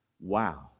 Wow